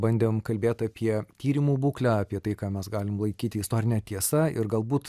bandėm kalbėt apie tyrimų būklę apie tai ką mes galim laikyti istorine tiesa ir galbūt